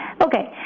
Okay